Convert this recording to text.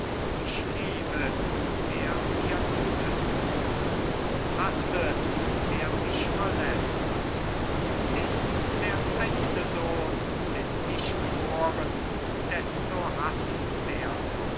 ich liebe wer mir gutes tut und hasse wer mich verletzt und ists der eigne sohn den ich geboren desto hassenswerter